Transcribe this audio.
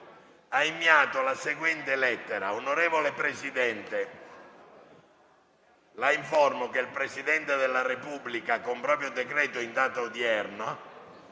ha inviato la seguente lettera: «Roma, 26 marzo 2021 Onorevole Presidente, La informo che il Presidente della Repubblica, con proprio decreto in data odierna,